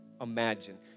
imagine